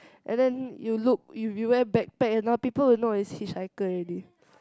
and then you look if you wear backpack and all people will know it's hitchhiker already